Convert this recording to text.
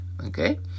okay